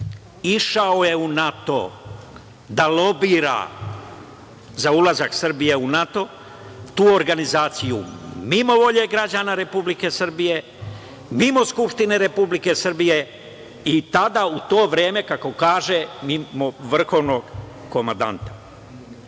u NATO da lobira za ulazak Srbije u NATO. Tu organizaciju mimo volje građana Republike Srbije, mimo Skupštine Republike Srbije i tada u to vreme kako kaže, mimo vrhovnog komandanta.